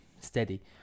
steady